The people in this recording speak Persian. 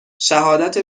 شهادت